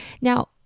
Now